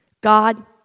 God